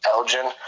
Elgin